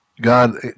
God